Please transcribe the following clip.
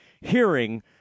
hearing